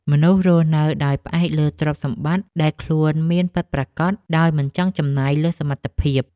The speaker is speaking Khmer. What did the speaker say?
មនុស្សរស់នៅដោយផ្អែកលើទ្រព្យសម្បត្តិដែលខ្លួនមានពិតប្រាកដដោយមិនចង់ចំណាយលើសពីសមត្ថភាព។